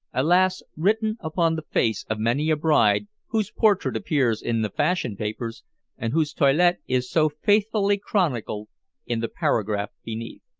alas! written upon the face of many a bride whose portrait appears in the fashion-papers and whose toilette is so faithfully chronicled in the paragraph beneath.